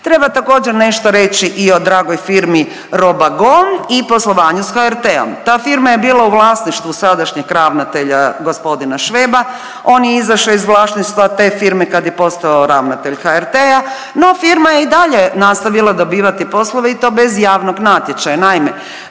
Treba također nešto reći i o dragoj firmi „Robagon“ i poslovanju sa HRT-om. Ta firma je bila u vlasništvu sadašnjeg ravnatelja gospodina Šveba. On je izašao iz vlasništva te firme kad je postao ravnatelj HRT-a, no firma je i dalje nastavila dobivati poslove i to bez javnog natječaja. Naime,